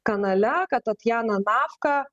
kanale kad tatjana nafka